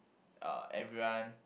uh everyone